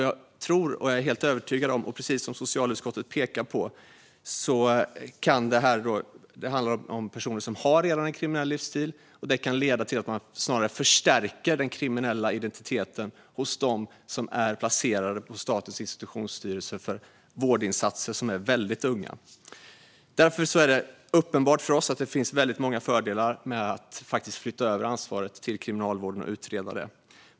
Jag är helt övertygad om att - precis som socialutskottet pekar på - eftersom det handlar om personer som redan har en kriminell livsstil kan det leda till att man snarare förstärker den kriminella identiteten hos väldigt unga som är placerade för vårdinsatser hos Statens institutionsstyrelse. Därför är det uppenbart för oss att det finns väldigt många fördelar med att faktiskt flytta över ansvaret till Kriminalvården och utreda detta.